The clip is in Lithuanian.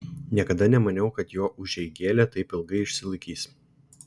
niekada nemaniau kad jo užeigėlė taip ilgai išsilaikys